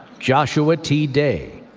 joshua t. day.